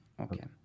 okay